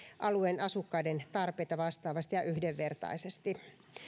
alueen asukkaiden tarpeita vastaavasti ja yhdenvertaisesti